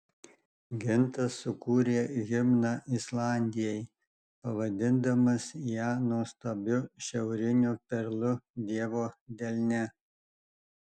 gintas sukūrė himną islandijai pavadindamas ją nuostabiu šiauriniu perlu dievo delne